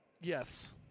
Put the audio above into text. Yes